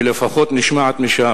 שלפחות נשמעת משם,